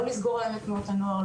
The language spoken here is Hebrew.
לא לסגור להם את תנועות הנוער,